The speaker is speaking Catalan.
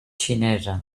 xinesa